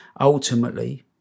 ultimately